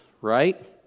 right